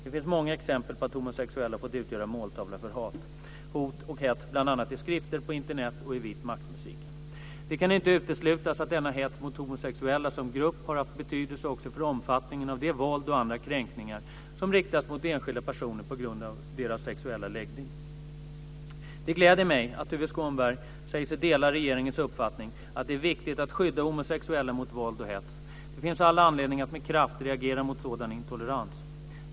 Det finns många exempel på att homosexuella har fått utgöra måltavla för hat, hot och hets bl.a. i skrifter, på Internet och i vitmaktmusiken. Det kan inte uteslutas att denna hets mot homosexuella som grupp har haft betydelse också för omfattningen av det våld och andra kränkningar som riktas mot enskilda personer på grund av deras sexuella läggning. Det gläder mig att Tuve Skånberg säger sig dela regeringens uppfattning att det är viktigt att skydda homosexuella mot våld och hets. Det finns all anledning att med kraft reagera mot sådan intolerans.